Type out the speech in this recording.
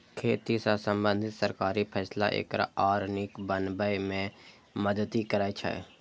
खेती सं संबंधित सरकारी फैसला एकरा आर नीक बनाबै मे मदति करै छै